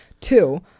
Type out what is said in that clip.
two